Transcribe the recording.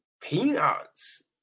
Peanuts